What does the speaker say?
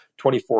24